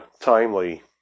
Timely